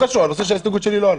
הנושא של ההסתייגות שלי לא עלה.